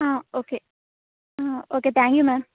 ആ ഓക്കെ ആ okay thank you ma'am